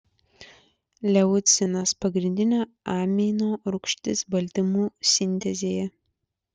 leucinas pagrindinė amino rūgštis baltymų sintezėje